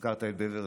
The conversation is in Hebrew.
הזכרת את בברלי.